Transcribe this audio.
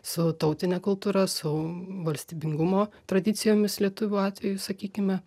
su tautine kultūra su valstybingumo tradicijomis lietuvių atveju sakykime